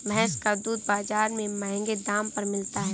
भैंस का दूध बाजार में महँगे दाम पर मिलता है